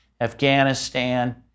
Afghanistan